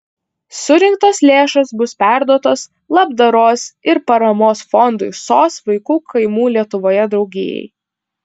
surinktos lėšos bus perduotos labdaros ir paramos fondui sos vaikų kaimų lietuvoje draugijai